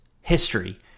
history